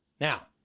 Now